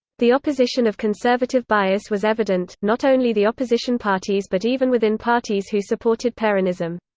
the opposition of conservative bias was evident, not only the opposition parties but even within parties who supported peronism.